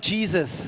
Jesus